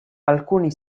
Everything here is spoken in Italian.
alcuni